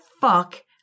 fuck